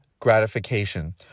gratification